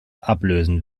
ablösen